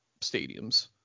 stadiums